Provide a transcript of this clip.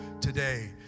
today